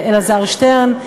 אלעזר שטרן,